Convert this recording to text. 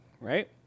right